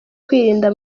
kwirinda